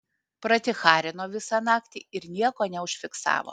praticharino visą naktį ir nieko neužfiksavo